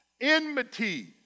Enmity